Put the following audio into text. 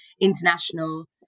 international